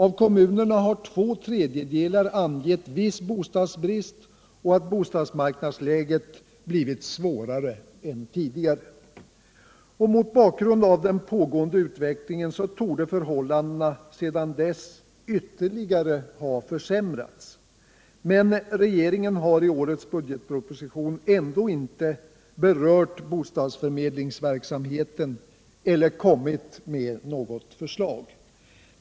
Av kommunerna har två tredjedelar angivit viss bostadsbrist och att bostadsmarknadsläget blivit svårare än tidigare. Mot bakgrund av den pågående utvecklingen torde förhållandena sedan dess ytterligare ha försämrats, men regeringen har i årets budgetproposition ändå inte berört bostadsförmedlingsverksamheten eller kommit med något förslag.